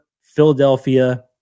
Philadelphia